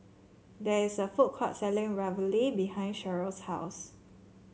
there is a food court selling Ravioli behind Cherryl's house